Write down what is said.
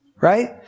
right